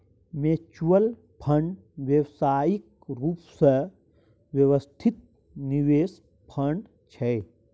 mutual fund व्यावसायिक रूप सँ व्यवस्थित निवेश फंड छै